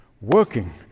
working